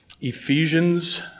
Ephesians